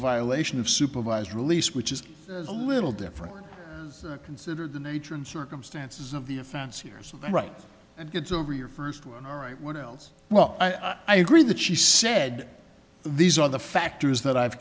violation of supervised release which is a little different consider the nature and circumstances of the offense years right and get over your first one all right what else well i agree that she said these are the factors that i've